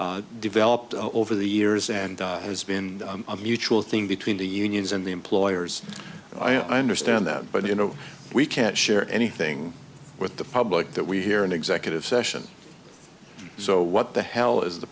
again developed over the years and has been a mutual thing between the unions and the employers i understand that but you know we can't share anything with the public that we here in executive session so what the hell is the